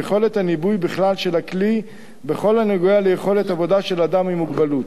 ויכולת הניבוי בכלל של הכלי בכל הנוגע ליכולת עבודה של אדם עם מוגבלות.